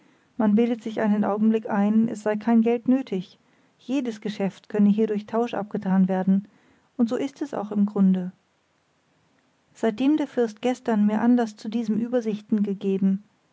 man bildet sich einen augenblick ein es sei kein geld nötig jedes geschäft könne hier durch tausch abgetan werden und so ist auch im grunde seitdem der fürst gestern mir anlaß zu diesem übersichten gegeben